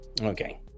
okay